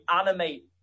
animate